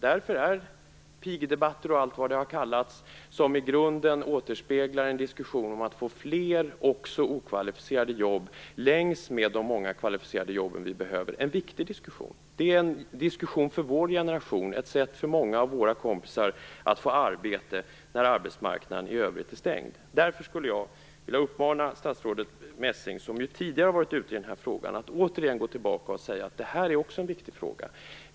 Därför är det viktigt med pigdebatter och allt vad det har kallats - en diskussion som i grunden återspeglar ett behov av att få fler arbeten, också okvalificerade sådana vid sidan av de många kvalificerade jobb som vi behöver. Det är en diskussion för vår generation, en väg för många av våra kompisar till att få arbete där arbetsmarknaden i övrigt är stängd. Mot denna bakgrund skulle jag vilja uppmana statsrådet Messing, som ju tidigare har varit ute i den här frågan, att återigen säga att också det här är en viktig fråga.